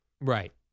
Right